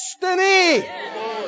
destiny